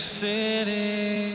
city